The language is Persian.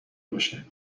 باشه